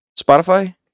Spotify